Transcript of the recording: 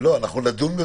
אפשר לקרוא את